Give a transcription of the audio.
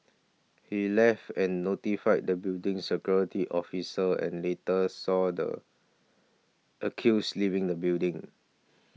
he left and notified the building's security officer and later saw the accused leaving the building